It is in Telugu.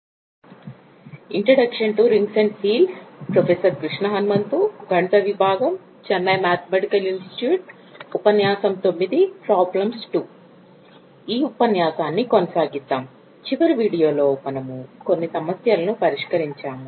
ఈ ఉపన్యాసాన్ని కొనసాగిద్దాం చివరి వీడియోలో మనము కొన్ని సమస్యలను పరిష్కరించాము